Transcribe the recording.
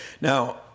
Now